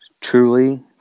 Truly